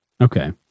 okay